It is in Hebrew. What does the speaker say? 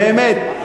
באמת,